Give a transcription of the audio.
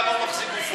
למה הוא מחזיק גופות?